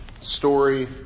story